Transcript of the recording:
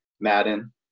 Madden